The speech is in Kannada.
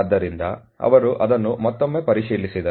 ಆದ್ದರಿಂದ ಅವರು ಅದನ್ನು ಮತ್ತೊಮ್ಮೆ ಪರಿಶೀಲಿಸಿದರು